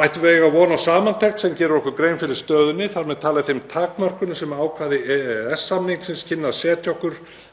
Megum við eiga von á samantekt sem gerir okkur grein fyrir stöðunni, þar með talið þeim takmörkunum sem ákvæði EES-samningsins kynnu að setja okkur